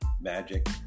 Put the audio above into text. magic